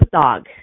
dog